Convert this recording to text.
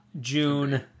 june